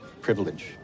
Privilege